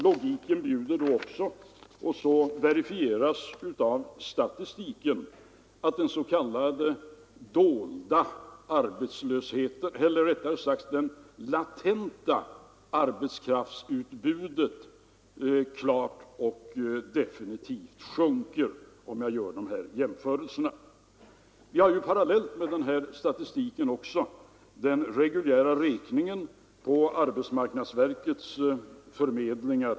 Logiken bjuder då också — och så verifieras av statistiken — att det s.k. latenta arbetskraftutbudet sjunkit. Förutom den här statistiken har vi den reguljära räkningen på arbetsmarknadsverkets förmedlingar.